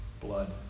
blood